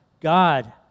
God